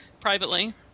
privately